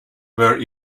were